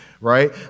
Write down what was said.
right